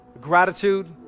Gratitude